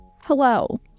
Hello